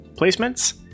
placements